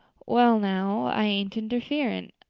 well now, i ain't interfering.